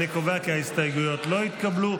אני קובע כי ההסתייגויות לא התקבלו.